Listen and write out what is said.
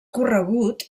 corregut